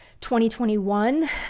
2021